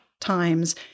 times